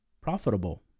profitable